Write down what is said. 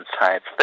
science